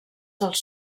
dels